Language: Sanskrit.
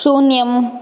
शून्यम्